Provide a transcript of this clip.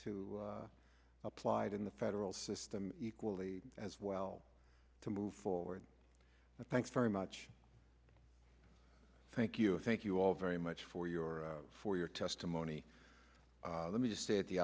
to applied in the federal system equally as well to move forward and thanks very much thank you thank you all very much for your for your testimony let me just say at the